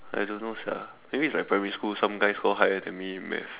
I don't know sia maybe if I primary school some guy score higher than me in math